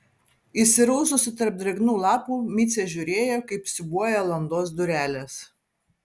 įsiraususi tarp drėgnų lapų micė žiūrėjo kaip siūbuoja landos durelės